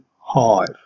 hive